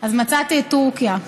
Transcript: אז מצאתי את טורקיה,